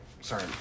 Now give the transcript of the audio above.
sorry